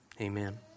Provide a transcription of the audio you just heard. Amen